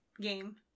game